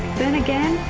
then again,